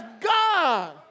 God